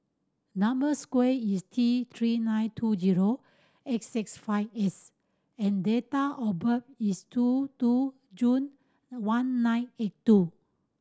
number square is T Three nine two zero eight six five S and date of birth is two two June one nine eight two